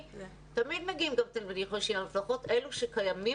תמיד מגיעים גם תלמידים חדשים אבל לפחות אלה שקיימים